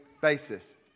basis